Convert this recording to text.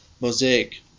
mosaic –